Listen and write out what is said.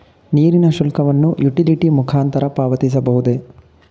ನೀರಿನ ಶುಲ್ಕವನ್ನು ಯುಟಿಲಿಟಿ ಮುಖಾಂತರ ಪಾವತಿಸಬಹುದೇ?